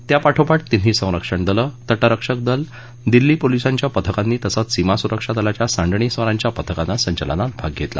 त्यापाठोपाठ तिन्ही संरक्षण दलं तटरक्षक दल दिल्ली पोलिसांच्या पथकांनी तसंच सीमा सुरक्षा दलाच्या सांडणीस्वारांच्या पथकानं संचलनात भाग घेतला